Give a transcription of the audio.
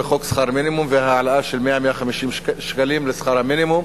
בחוק שכר מינימום ובהעלאה של 100 150 שקלים לשכר המינימום,